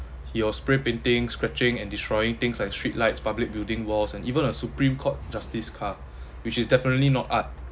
he was spray painting scratching and destroying things like street lights public building walls and even a supreme court justice car which is definitely not art